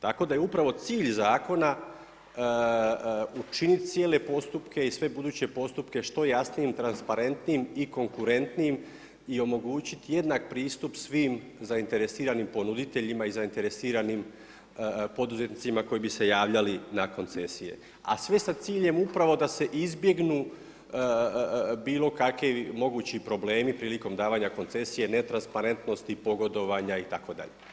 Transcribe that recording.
Tako da je upravo cilj zakona učiniti cijele postupke i sve buduće postupke što jasnijim i transparentnijim i konkurentnijim i omogućiti jednak pristup svim zainteresiranim ponuditeljima i zainteresiranim poduzetnicima koji bi se javljali na koncesije, a sve sa ciljem upravo da se izbjegnu bilo kakvi mogući problemi prilikom davanja koncesije, netransparentnosti, pogodovanja itd.